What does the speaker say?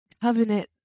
covenant